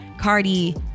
Cardi